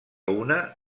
una